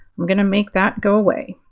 i'm going to make that go away.